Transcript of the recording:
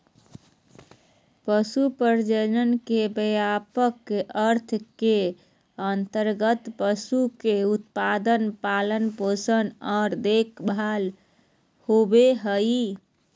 पशु प्रजनन के व्यापक अर्थ के अंतर्गत पशु के उत्पादन, पालन पोषण आर देखभाल होबई हई